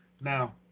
Now